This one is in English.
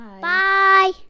Bye